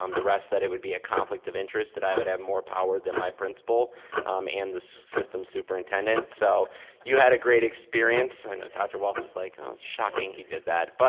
um the rest said it would be a conflict of interest that i would have more power than my principal and the system's superintendent. so you had a great experience. and dr. walts is like, oh, shocking he did that. but